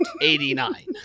Eighty-nine